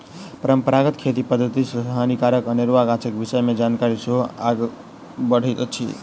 परंपरागत खेती पद्धति सॅ हानिकारक अनेरुआ गाछक विषय मे जानकारी सेहो आगाँ बढ़ैत अछि